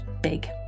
big